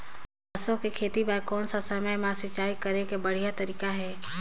सरसो के खेती बार कोन सा समय मां सिंचाई करे के बढ़िया तारीक हे?